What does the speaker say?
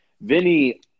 Vinny